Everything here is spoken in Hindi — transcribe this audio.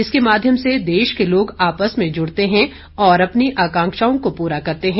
इसके माध्यम से देश के लोग आपस में जुड़ते हैं और अपनी आकांक्षाओं को पूरा करते हैं